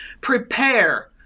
Prepare